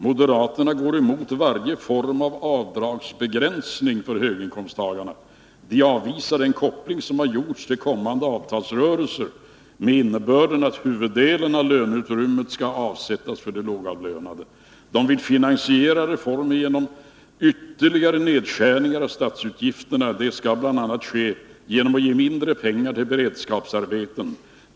Moderaterna går emot varje form av avdragsbegränsning för höginkomsttagarna. De avvisar den koppling som har gjorts till kommande avtalsrörelser, med innebörden att huvuddelen av löneutrymmet ska avsättas för de lågavlönade. De vill finansiera reformen genom ytterligare nedskärningar av statsutgifterna. Detta ska bl a ske genom att ge mindre pengar till beredskapsarbeten.